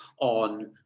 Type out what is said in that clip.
on